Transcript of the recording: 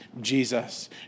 Jesus